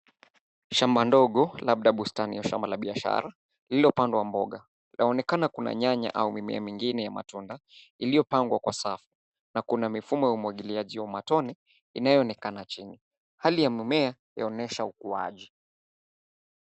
Shamba ndogo, labda bustani ya shamba la biashara, lililopandwa mboga. Laonekana kuna nyanya au mimea mingine ya matunda, iliyopangwa kwa safu, na kuna mifumo ya umwagiliaji wa matone, inayoonekana chini. Hali ya mimea, yaonesha ukuaji.